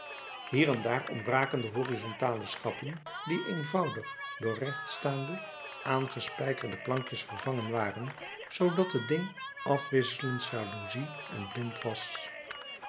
hier en daar ontbraken de horizontale schappen die eenvoudig door rechtstaande aangespijkerde plankjes vervangen waren zoodat het ding afwisselend jaloezie en blind was